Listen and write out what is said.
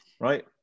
right